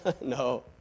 no